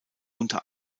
unter